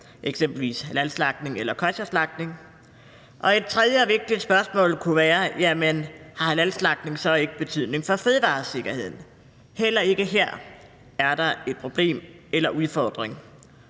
f.eks. halalslagtning eller kosherslagtning. Et tredje vigtigt spørgsmål kunne være: Har halalslagtning så ikke betydning for fødevaresikkerheden? Heller ikke her er der hverken et problem eller en udfordring.